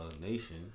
nation